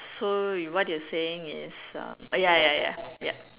so you what you're saying is ya ya ya yup